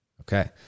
Okay